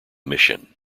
mission